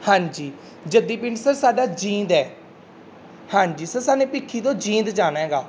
ਹਾਂਜੀ ਜੱਦੀ ਪਿੰਡ ਸਰ ਸਾਡਾ ਜੀਂਦ ਹੈ ਹਾਂਜੀ ਸਰ ਸਾਨੂੰ ਭਿੱਖੀ ਤੋਂ ਜੀਂਦ ਜਾਣਾ ਹੈਗਾ